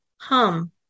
Hum